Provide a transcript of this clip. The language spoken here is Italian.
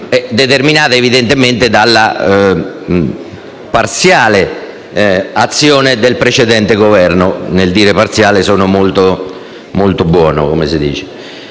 determinate evidentemente dalla parziale azione del precedente Governo (nel dire parziale sono molto buono).